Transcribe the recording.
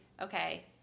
okay